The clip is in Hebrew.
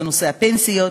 זה נושא הפנסיות,